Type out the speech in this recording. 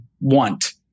want